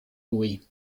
lui